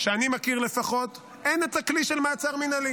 מי אצלנו?